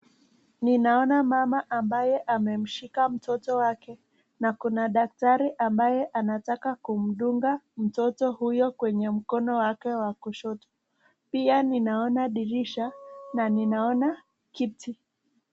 Ninaona mama ambaye amemshika mtoto wake na Kuna daktari ambaye anataka kumdunga mtoto huyo kwenye mkono wake wa kushoto pia ninaona dirisha na ninaona kiti.